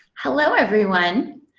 hello, everyone.